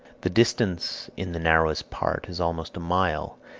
the distance in the narrowest part is almost a mile,